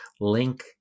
link